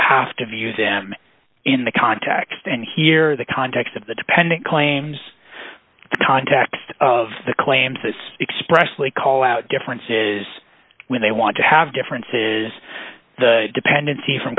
have to view them in the context and here the context of the dependent claims the context of the claims that expressly call out differences when they want to have differences the dependency from